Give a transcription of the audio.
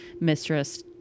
mistress